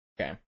Okay